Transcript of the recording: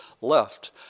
left